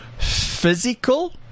physical